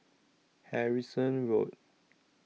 Harrison Road